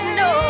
no